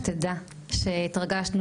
שתדע שהתרגשנו.